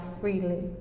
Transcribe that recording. freely